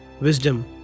wisdom